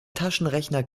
taschenrechner